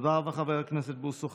חבר הכנסת בוסו.